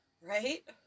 Right